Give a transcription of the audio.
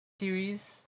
series